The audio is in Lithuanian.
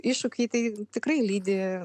iššūkiai tai tikrai lydi